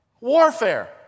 warfare